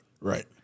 right